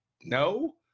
No